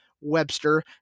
webster